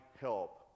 help